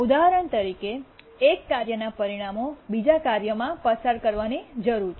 ઉદાહરણ તરીકે એક કાર્યોના પરિણામોને બીજા કાર્યમાં પસાર કરવાની જરૂર છે